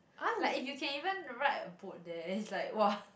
like if you can even ride a boat there is like !wah!